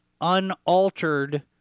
unaltered